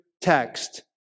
text